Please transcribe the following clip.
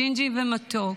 ג'ינג'י ומתוק,